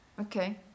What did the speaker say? Okay